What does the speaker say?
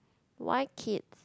why kid